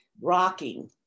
rocking